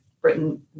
Britain